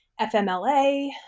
FMLA